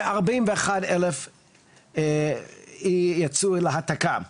ו-41 אלף יצאו אל התק"מ,